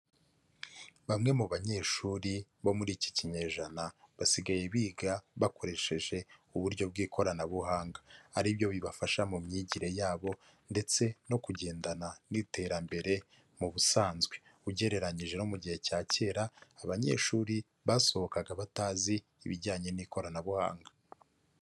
Bamwe mu banyeshuri bo muri iki kinyejana basigaye biga bakoresheje uburyo bw'ikoranabuhanga, aribyo bibafasha mu myigire yabo ndetse no kugendana n'iterambere, mu busanzwe ugereranyije no mu gihe cya kera abanyeshuri basohokaga batazi ibijyanye n'ikoranabuhanga.